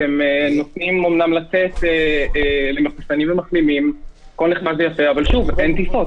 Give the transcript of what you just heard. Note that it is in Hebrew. אתם אמנם נותנים למחוסנים ומחלימים לצאת אבל אין טיסות.